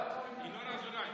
ינון אזולאי.